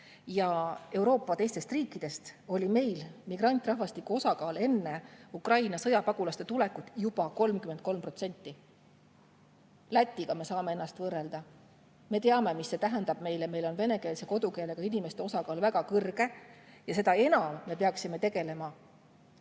Euroopa riikidega võrreldes oli meil migrantrahvastiku osakaal enne Ukraina sõjapagulaste tulekut juba 33%. Lätiga me saame ennast võrrelda. Me teame, mis see tähendab meile, meil on venekeelse kodukeelega inimeste osakaal väga kõrge ja seda enam me peaksime tegelema